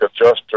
adjuster